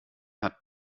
hat